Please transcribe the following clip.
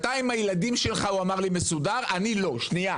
אתה עם הילד שלך מסודר, אני לא, הוא אמר.